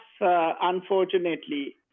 unfortunately